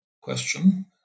question